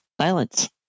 silence